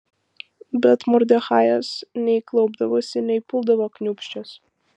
bet mordechajas nei klaupdavosi nei puldavo kniūbsčias